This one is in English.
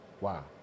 Wow